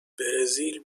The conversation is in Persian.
برزیل